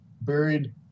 buried